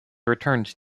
returned